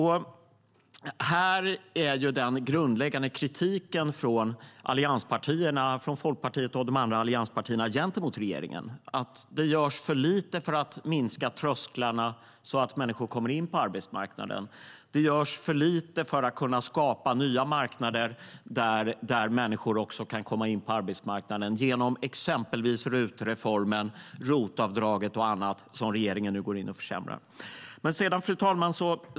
Här är den grundläggande kritiken från Folkpartiet och de andra allianspartierna gentemot regeringen att det görs för lite för att sänka trösklarna så att människor kommer in på arbetsmarknaden. Det görs för lite för att kunna skapa nya marknader där människor kan komma in på arbetsmarknaden genom exempelvis RUT-reformen, ROT-avdraget och annat som regeringen nu går in och försämrar. Fru talman!